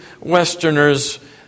Westerners